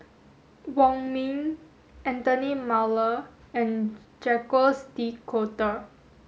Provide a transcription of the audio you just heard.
Wong Ming Anthony Miller and Jacques de Coutre